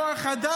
על כוח אדם,